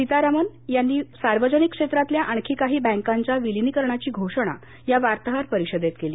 सीतारामन यांनी सार्वजनिक क्षेत्रातल्या आणखी काही बँकांच्या विलीनीकरणाची घोषणा या वार्ताहर परीषदेत केली